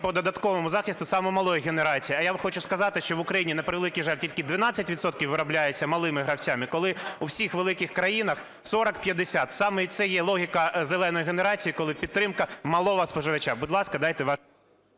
по додатковому захисту саме малої генерації? А я вам хочу сказати, що в Україні, на превеликий жаль, тільки 12 відсотків виробляється малими гравцями, коли у всіх великих країнах - 40-50. Саме це є логіка "зеленої" генерації, коли підтримка малого споживача. Будь ласка, дайте…